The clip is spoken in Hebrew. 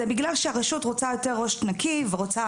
זה בגלל שהרשות רוצה יותר ראש נקי ורוצה